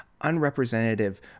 unrepresentative